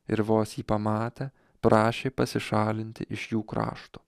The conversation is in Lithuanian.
ir vos jį pamatę prašė pasišalinti iš jų krašto